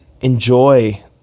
enjoy